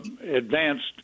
advanced